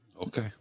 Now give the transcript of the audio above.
Okay